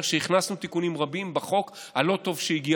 שהכנסנו תיקונים רבים בחוק הלא-טוב שהגיע,